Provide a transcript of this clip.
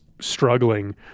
struggling